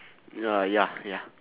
ya ya ya